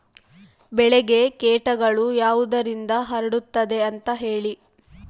ಬೆಳೆಗೆ ಕೇಟಗಳು ಯಾವುದರಿಂದ ಹರಡುತ್ತದೆ ಅಂತಾ ಹೇಳಿ?